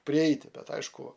prieiti bet aišku